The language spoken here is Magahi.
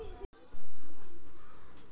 देश के जी.डी.पी भी नगरपालिका पर ही टिकल होई छई